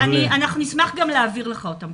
נשמח להעביר לך אותם.